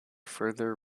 further